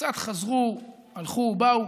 קצת חזרו, הלכו, באו,